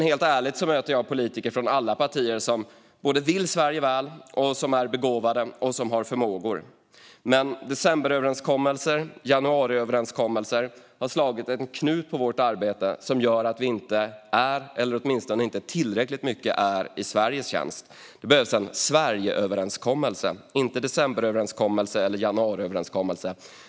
Helt ärligt möter jag politiker från alla partier som vill Sverige väl, som är begåvade och som har förmågor, men decemberöverenskommelsen och januariöverenskommelsen har slagit en knut på vårt arbete som gör att vi inte, åtminstone inte tillräckligt mycket, är i Sveriges tjänst. Det behövs en Sverigeöverenskommelse, inte en decemberöverenskommelse eller en januariöverenskommelse.